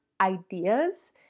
ideas